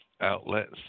outlets